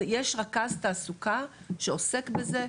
דיפלומות, יש רכז תעסוקה שעוסק בזה.